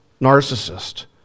narcissist